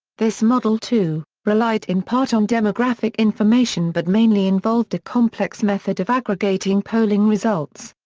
this model, too, relied in part on demographic information but mainly involved a complex method of aggregating polling results.